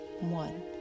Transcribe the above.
one